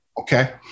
Okay